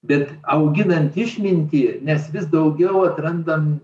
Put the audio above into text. bet auginant išmintį nes vis daugiau atrandam